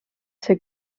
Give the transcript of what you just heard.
see